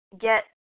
get